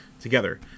together